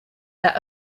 their